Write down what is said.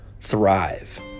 thrive